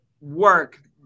work